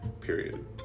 period